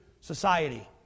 society